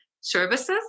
services